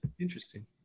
interesting